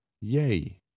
Yay